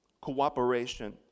Cooperation